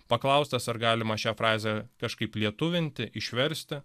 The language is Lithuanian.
paklaustas ar galima šią frazę kažkaip lietuvinti išversti